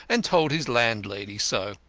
and told his landlady so.